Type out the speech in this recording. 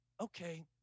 okay